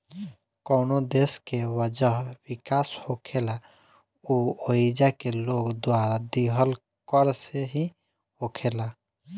कवनो देश के वजह विकास होखेला उ ओइजा के लोग द्वारा दीहल कर से ही होखेला